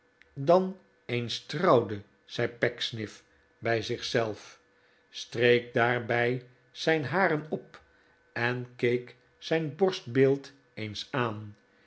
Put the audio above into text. dan eens trouwde zei pecksniff bij zich zelf streek daarbij zijn haren op en keek zijn borstbeeld eens aan